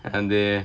வந்து:vanthu